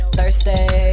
Thursday